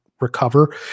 recover